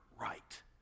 right